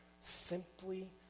Simply